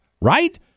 right